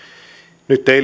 nyt ei